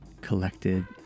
collected